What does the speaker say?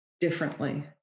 differently